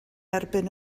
erbyn